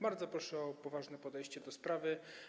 Bardzo proszę o poważne podejście do sprawy.